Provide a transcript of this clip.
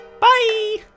Bye